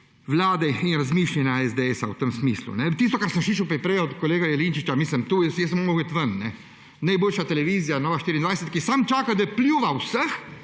vlade in razmišljanja SDS v tem smislu. Tisto, kar sem slišal prej od kolega Jelinčiča – mislim, jaz sem moral iti ven. Najboljša televizija Nova24TV, ki samo čaka, da pljuva po vseh,